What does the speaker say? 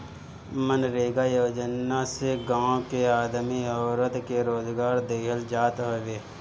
मनरेगा योजना से गांव के आदमी औरत के रोजगार देहल जात हवे